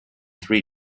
three